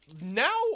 Now